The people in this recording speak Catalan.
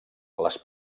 les